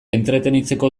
entretenitzeko